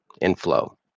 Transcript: Inflow